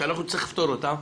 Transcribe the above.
אנחנו נצטרך לפתור אותם.